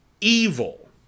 evil